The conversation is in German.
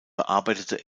bearbeitete